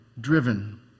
driven